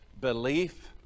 belief